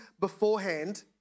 beforehand